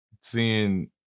seeing